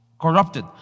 Corrupted